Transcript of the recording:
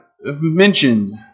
mentioned